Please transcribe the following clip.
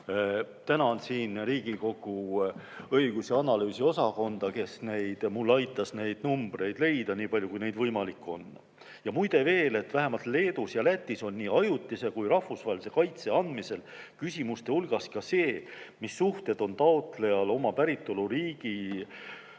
Tänan Riigikogu õigus‑ ja analüüsiosakonda, kes mul aitas neid numbreid leida, nii palju kui võimalik on. Ja muide, vähemalt Leedus ja Lätis on nii ajutise kui ka rahvusvahelise kaitse andmisel küsimuste hulgas ka see, mis suhted on taotlejal oma päritoluriigi, see